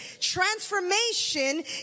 Transformation